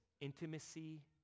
intimacy